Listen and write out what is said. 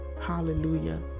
hallelujah